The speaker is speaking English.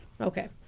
Okay